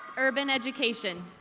urban education.